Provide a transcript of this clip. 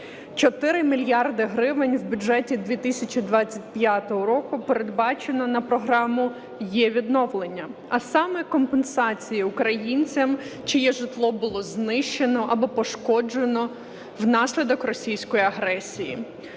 мільярди гривень в бюджеті 2025 року передбачено на програму "єВідновлення", а саме, компенсації українцям, чиє житло було знищено або пошкоджено внаслідок російської агресії.